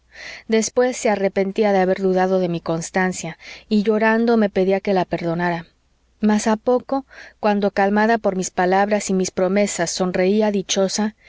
después se arrepentía de haber dudado de mi constancia y llorando me pedía que la perdonara mas a poco cuando calmada por mis palabras y mis promesas sonreía dichosa